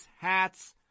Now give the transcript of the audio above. hats